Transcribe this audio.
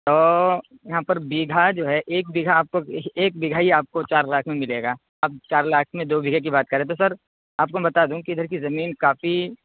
تو یہاں پر بیگھہ جو ہے ایک بیگھہ آپ کو ایک بیگھہ ہی آپ کو چار لاکھ میں ملے گا اب چار لاکھ میں دو بیگھے کی بات کریں تو سر آپ کو بتا دوں کہ ادھر کی زمین کافی